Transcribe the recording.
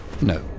No